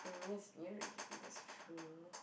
mm that's weird that's true